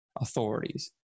authorities